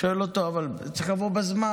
הוא שואל אותו: אבל צריך לבוא בזמן.